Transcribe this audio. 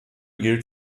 gilt